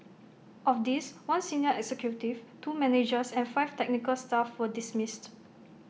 of these one senior executive two managers and five technical staff were dismissed